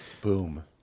Boom